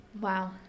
wow